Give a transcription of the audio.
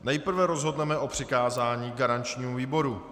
Nejprve rozhodneme o přikázání garančnímu výboru.